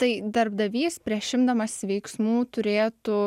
tai darbdavys prieš imdamas veiksmų turėtų